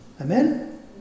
amen